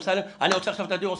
אני עוצר עכשיו את הדיון,